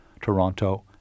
Toronto